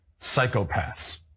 psychopaths